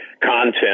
content